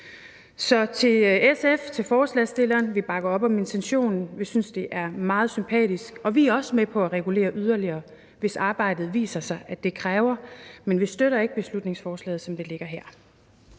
Så til SF, til forslagsstillerne: Vi bakker op om intentionen; vi synes, det er meget sympatisk, og vi er også med på at regulere yderligere, hvis arbejdet viser, at det kræves, men vi støtter ikke beslutningsforslaget, som det ligger her.